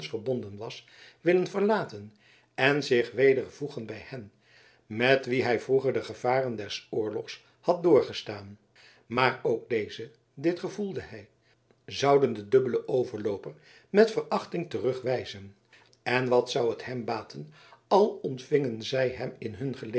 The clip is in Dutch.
verbonden was willen verlaten en zich weder voegen bij hen met wie hij vroeger de gevaren des oorlogs had doorgestaan maar ook deze dit gevoelde hij zouden den dubbelen overlooper met verachting terugwijzen en wat zou het hem baten al ontvingen zij hem in hun